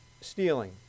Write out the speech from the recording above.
stealing